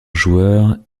joueurs